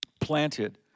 planted